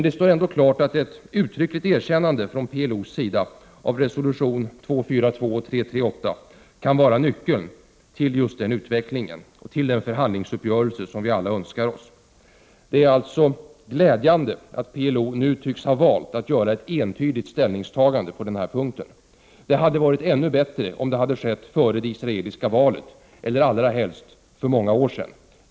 Det står ändå klart att ett uttryckligt erkännande från PLO:s sida av resolutionerna 242 och 338 kan vara nyckeln till just den utveckling och till den förhandlingsuppgörelse som vi alla önskar oss. Det är alltså glädjande att PLO nu tycks ha valt att göra ett entydigt ställningstagande på den här punkten. Det hade varit ännu bättre om så hade skett före det israeliska valet eller allra helst för många år sedan.